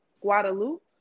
Guadalupe